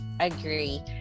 Agree